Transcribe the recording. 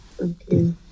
Okay